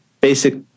basic